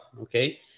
okay